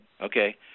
Okay